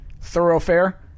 thoroughfare